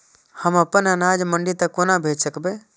हम अपन अनाज मंडी तक कोना भेज सकबै?